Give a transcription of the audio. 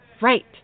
Right